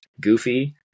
goofy